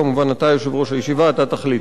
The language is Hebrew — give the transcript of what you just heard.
כמובן, אתה יושב-ראש הישיבה, אתה תחליט.